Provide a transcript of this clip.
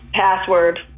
password